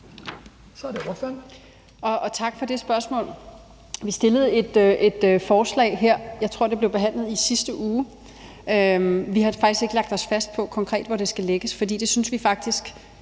17:47 Mette Thiesen (DF): Tak for det spørgsmål. Vi fremsatte et forslag, som jeg tror blev behandlet i sidste uge. Vi har faktisk ikke lagt os fast på, konkret, hvor det skal lægges, for i Dansk